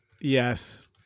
Yes